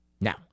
now